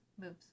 moves